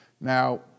Now